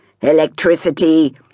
electricity